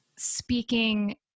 speaking